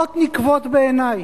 דמעות נקוות בעיני.